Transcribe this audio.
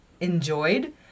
enjoyed